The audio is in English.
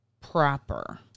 proper